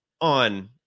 on